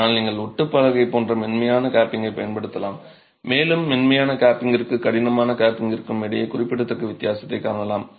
ஆனால் நீங்கள் ஒட்டு பலகை போன்ற மென்மையான கேப்பிங்கைப் பயன்படுத்தலாம் மேலும் மென்மையான கேப்பிங்கிற்கும் கடினமான கேப்பிங்கிற்கும் இடையே குறிப்பிடத்தக்க வித்தியாசத்தைக் காணலாம்